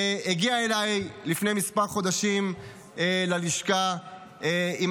שהגיעה אליי לפני כמה חודשים ללשכה עם